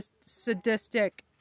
sadistic